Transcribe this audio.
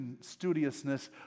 studiousness